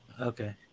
Okay